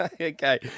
Okay